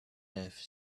have